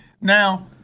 Now